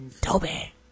Toby